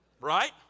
Right